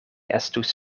estus